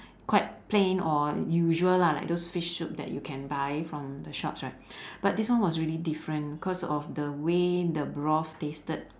quite plain or usual lah like those fish soup that you can buy from the shops right but this one was really different cause of the way the broth tasted